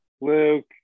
Luke